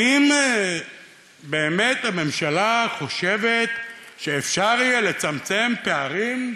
האם באמת הממשלה חושבת שאפשר יהיה לצמצם פערים,